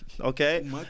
Okay